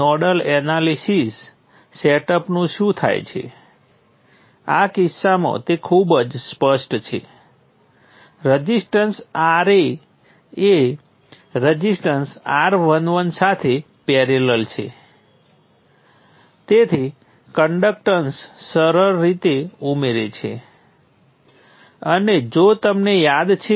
હવે સમસ્યા શું છે જ્યારે આપણી પાસે વોલ્ટેજ સ્રોત છે સ્પષ્ટ રીતે આપણે લખવું પડશે I11 વત્તા I12 કરંટ પુશ થવાના બરાબર છે જે I1 છે